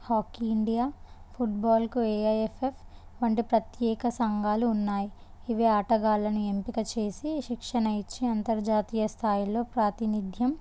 hockey India ఫుట్బాల్కు AIFF వంటి ప్రత్యేక సంఘాలు ఉన్నాయి ఇవి ఆటగాళ్ళను ఎంపిక చేసి శిక్షణ ఇచ్చే అంతర్జాతీయ స్థాయిలో ప్రాతినిధ్యం